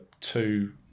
two